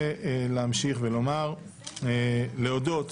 רוצה להודות